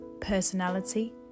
personality